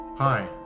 Hi